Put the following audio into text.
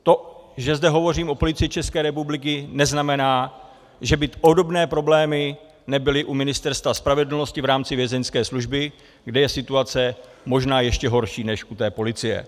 To, že zde hovořím o Policii České republiky, neznamená, že by podobné problémy nebyly u Ministerstva spravedlnosti v rámci Vězeňské služby, kde je situace možná ještě horší než u policie.